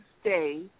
stay